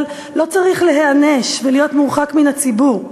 לא צריך להיענש ולהיות מורחק מן הציבור.